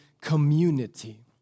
community